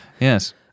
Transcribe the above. Yes